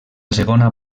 segona